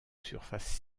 surface